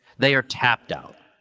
they are tapped out.